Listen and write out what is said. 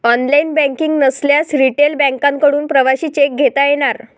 online banking नसल्यास retail बँकांकडून प्रवासी चेक घेता येणार